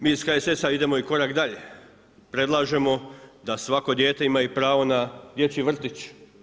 Mi iz HSS-a idemo i korak dalje, predlažemo da svako dijete ima pravo i na dječji vrtić.